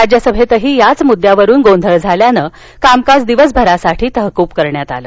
राज्यसभेतही याच मुद्द्यांवरून गोंधळ झाल्यानंतर कामकाज दिवसभरासाठी तहकूब करण्यात आलं